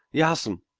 yas'm.